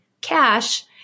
cash